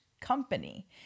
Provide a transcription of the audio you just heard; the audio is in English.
company